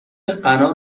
غنا